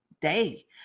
day